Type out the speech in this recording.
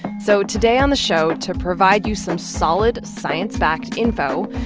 so today on the show, to provide you some solid science-backed info,